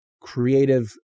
creative